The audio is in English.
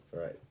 Right